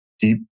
deep